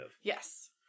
Yes